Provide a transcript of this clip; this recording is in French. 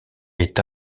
est